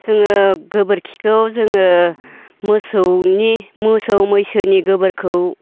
जोङो गोबोरखिखौ जोङो मोसौनि मोसौ मैसोनि गोबोरखौ